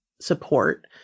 support